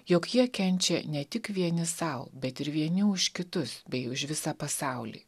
jog jie kenčia ne tik vieni sau bet ir vieni už kitus bei už visą pasaulį